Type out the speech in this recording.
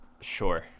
Sure